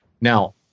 Now